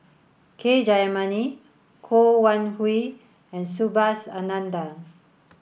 k Jayamani Wan Hui and Subhas Anandan